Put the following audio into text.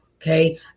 Okay